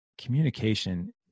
communication